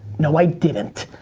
no i didn't.